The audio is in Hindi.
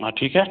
हाँ ठीक है